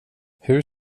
hur